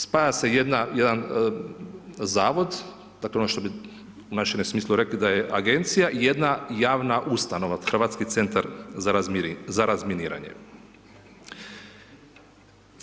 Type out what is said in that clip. Spaja se jedan Zavod, dakle, ono što bi u najširem smislu rekli da je Agencija jedna javna ustanova Hrvatski centar za razminiranje (HCR)